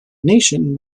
nation